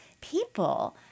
people